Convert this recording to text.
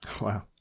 wow